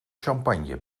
champagne